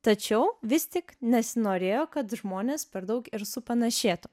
tačiau vis tik nesinorėjo kad žmonės per daug ir supanašėtų